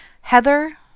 Heather